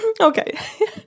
Okay